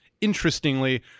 interestingly